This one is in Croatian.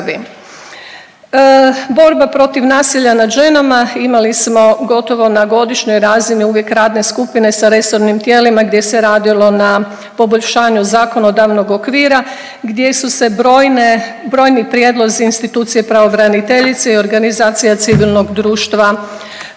Borba protiv nasilja nad ženama, imali smo gotovo na godišnjoj razini uvijek radne skupine sa resornim tijelima gdje se radilo na poboljšanju zakonodavnog okvira gdje su se brojne, brojni prijedlozi institucije pravobraniteljice i organizacija civilnog društva